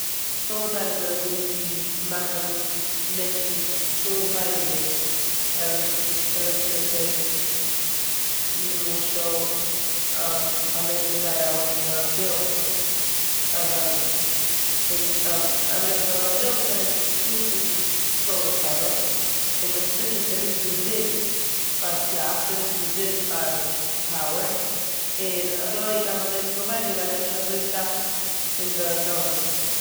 ס- סאלער פענעלס זענען דא צו מאכן מענטשן צאלן ווייניגער פאר עלעקצ- עלעקציריטעט. נמשל א מענטש האט זייער א הויעכע ביל פאר זיין- פון- א מענטש האט א הויעכע ביל קען ער נוצן סאלאר פענעלס און וואס ס'טוט איז ס'נוצט די זון פאר קראפט, ס'נוצט די זון פאר פאווער און אזוי דארף א מענטש צאלן ווייניגער ווייל ער נעמט נישט אזוי סאך פון די גאווערנמענט.